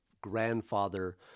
grandfather